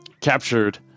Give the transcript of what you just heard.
captured